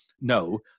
No